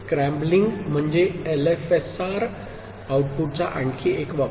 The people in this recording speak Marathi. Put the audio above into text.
स्क्रॅम्बलिंग म्हणजे एलएफएसआर आउटपुटचा आणखी एक वापर